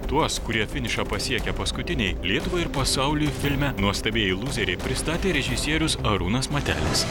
tuos kurie finišą pasiekia paskutiniai lietuvai ir pasauliui filme nuostabieji lūzeriai pristatė režisierius arūnas matelis